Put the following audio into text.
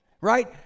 right